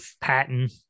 patent